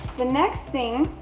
the next thing